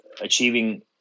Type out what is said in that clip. achieving